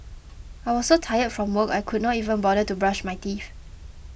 I was so tired from work I could not even bother to brush my teeth